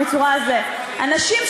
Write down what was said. אנשים,